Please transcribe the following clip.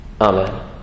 Amen